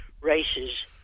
races